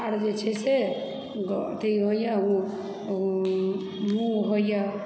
आर जे छै से अथी होइए मूँग होइए